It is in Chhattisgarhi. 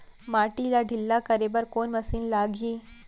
माटी ला ढिल्ला करे बर कोन मशीन लागही?